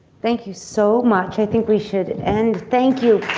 thank you so much. i think we should end. thank you